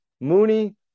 Mooney